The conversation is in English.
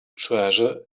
treasure